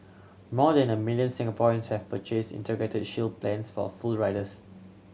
more than a million Singaporeans have purchased Integrated Shield plans for full riders